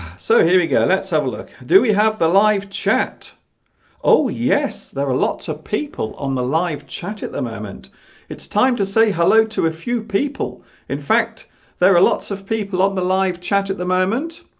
so here we go let's have a look do we have the live chat oh yes there are lots of people on the live chat at the moment it's time to say hello to a few people in fact there are lots of people on the live chat at the moment